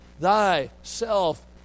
thyself